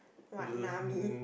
what Nami